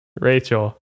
Rachel